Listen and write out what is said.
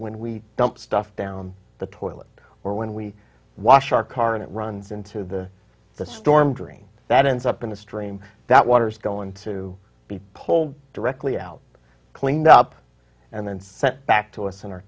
when we dump stuff down the toilet or when we wash our car and it runs into the the storm drain that ends up in a stream that water is going to be pulled directly out cleaned up and then sent back to us in our